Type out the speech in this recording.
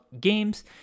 games